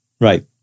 Right